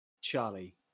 Charlie